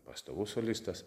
pastovus solistas